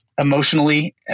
emotionally